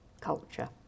culture